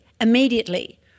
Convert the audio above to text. immediately